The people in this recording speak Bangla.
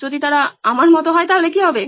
যদি তারা আমার মতো হয় তাহলে কি হবে